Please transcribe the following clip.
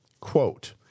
Quote